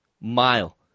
mile